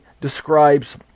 describes